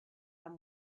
and